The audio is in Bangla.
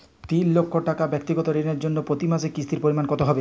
তিন লক্ষ টাকা ব্যাক্তিগত ঋণের জন্য প্রতি মাসে কিস্তির পরিমাণ কত হবে?